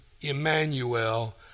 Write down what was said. Emmanuel